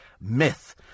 myth